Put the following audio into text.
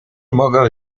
mogę